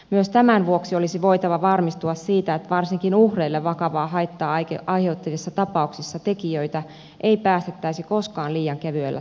myös tämän vuoksi olisi voitava varmistua siitä että varsinkin uhreille vakavaa haittaa ai heuttaneissa tapauksissa tekijöitä ei päästettäisi koskaan liian kevyellä tuomiolla